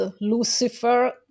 Lucifer